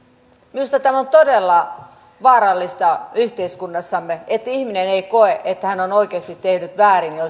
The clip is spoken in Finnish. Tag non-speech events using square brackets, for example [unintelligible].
minusta tämä on todella vaarallista yhteiskunnassamme että ihminen ei koe että hän on oikeasti tehnyt väärin ja [unintelligible]